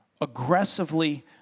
Aggressively